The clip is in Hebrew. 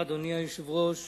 אדוני היושב-ראש,